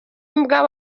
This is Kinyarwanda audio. imbwa